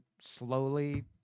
slowly